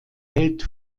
hält